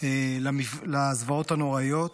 לזוועות הנוראיות,